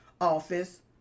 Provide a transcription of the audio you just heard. Office